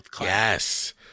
Yes